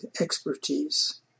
expertise